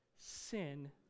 sin